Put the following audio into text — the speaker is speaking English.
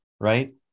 right